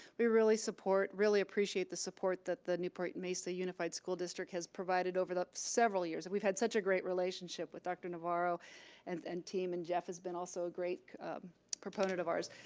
we really support, really appreciate the support that the newport mesa unified school district has provided over the years. we've had such a great relationship with dr. navarro and and team and jeff has been also great proponents of ours.